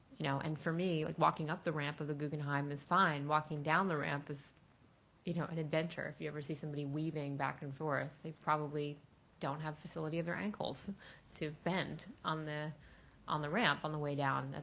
you know, and for me like walking up the ramp of the guggenheim is fine, walking down the ramp is you know an adventure. you know if you ever see somebody weaving back and forth they probably don't have facility of their ankles to bend on the on the ramp on the way down,